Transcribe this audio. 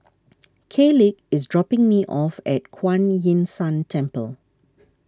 Kaleigh is dropping me off at Kuan Yin San Temple